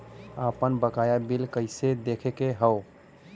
आपन बकाया बिल कइसे देखे के हौ?